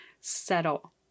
settle